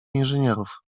inżynierów